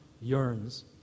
yearns